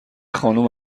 خانم